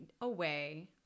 away